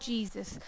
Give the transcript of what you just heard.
Jesus